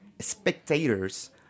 spectators